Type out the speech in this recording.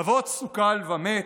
נבות סוקל ומת,